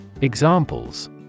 Examples